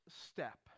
step